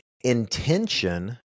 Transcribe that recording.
intention